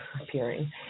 appearing